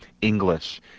English